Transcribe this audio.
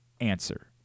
answer